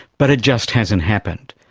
but it just hasn't happened,